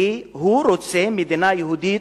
כי הוא רוצה מדינה יהודית,